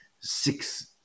six